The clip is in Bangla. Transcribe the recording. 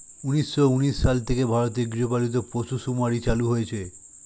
উন্নিশো উনিশ সাল থেকে ভারতে গৃহপালিত পশু শুমারি চালু হয়েছে